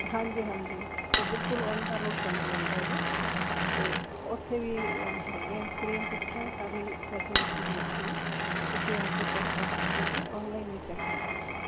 ਹਾਂਜੀ ਹਾਂਜੀ ਉਹ ਬਿਲਕੁਲ ਓਨ ਦਾ ਰੋਡ ਤੁਹਾਨੂੰ ਮਿਲ ਜਾਏਗਾ ਤੇ ਉੱਥੇ ਵੀ ਹੈਗੀਆਂ ਸਕਰੀਨ ਅੱਛਾ ਸਾਰੀ ਫੈਸਲਿਟੀ ਵੀ ਅੱਛੀ ਹੈ ਤੁਸੀਂ ਆ ਕੇ ਚੈੱਕ ਕਰ ਸਕਦੇ ਜੇ ਆਨਲਾਈਨ ਵੀ ਚੈੱਕ ਹੋ ਜੇਗਾ